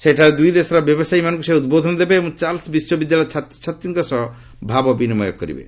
ସେଠାରେ ଦୁଇ ଦେଶର ବ୍ୟବସାୟୀମାନଙ୍କୁ ସେ ଉଦ୍ବୋଧନ ଦେବେ ଏବଂ ଚାର୍ଲସ୍ ବିଶ୍ୱବିଦ୍ୟାଳୟ ଛାତ୍ରଛାତ୍ରୀଙ୍କ ସହ ଭାବ ବିନିମୟ କରିବେ